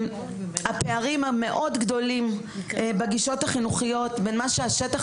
הם מאוד גדולים בגישות החינוכיות בין מה שהשטח